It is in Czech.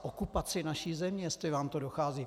Okupaci naší země, jestli vám to dochází.